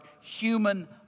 human